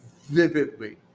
vividly